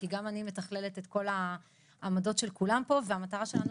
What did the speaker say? כי גם אני מתכללת את כל העמדות של כולם פה והמטרה שלנו